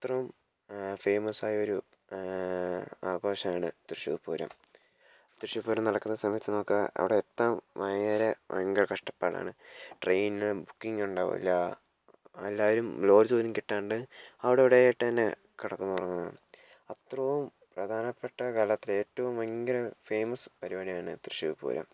അത്രോം ഫേമസായൊരു ആഘോഷമാണ് തൃശൂർ പൂരം തൃശൂർ പൂരം നടക്കുന്ന സമയത്തൊക്കെ അവിടെയെത്താൻ ഭയങ്കര ഭയങ്കര കഷ്ടപ്പാടാണ് ട്രെയിനിന് ബുക്കിങ്ങുണ്ടാവില്ല എല്ലാവരും ലോഡ്ജ് പോലും കിട്ടാണ്ട് അവിടെ ഇവിടെയായിട്ടങ്ങനെ കിടക്കുന്നതും ഉറങ്ങുന്നതും അത്രോം പ്രധാനപ്പെട്ട കേരളത്തിലെ ഏറ്റവും ഭയങ്കര ഫേമസ് പരിപാടിയാണ് തൃശൂർ പൂരം